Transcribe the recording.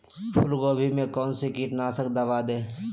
फूलगोभी में कौन सा कीटनाशक दवा दे?